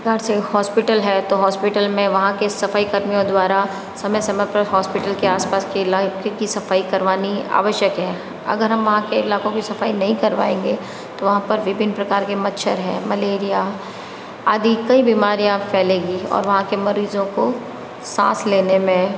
प्रकार से हॉस्पिटल है तो हॉस्पिटल में वहाँ के सफाई कर्मियों द्वारा समय समय पर हॉस्पिटल के आसपास के इलाके की सफाई करवानी आवश्यक है अगर हम वहाँ के इलाकों की सफाई नहीं करवाएंगे तो वहाँ पर विभिन्न प्रकार के मच्छर हैं मलेरिया आदि कई बीमारियाँ फैलेगी और वहाँ के मरीजो को सांस लेने में